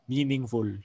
Meaningful